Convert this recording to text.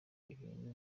ibintu